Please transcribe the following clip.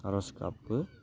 आर'ज गाबो